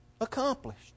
accomplished